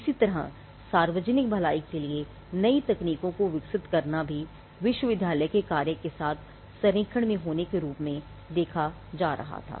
इसी तरह सार्वजनिक भलाई के लिए नई तकनीकों को विकसित करना भी विश्वविद्यालय के कार्य के साथ संरेखण में होने के रूप में देखा जा रहा था